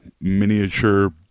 miniature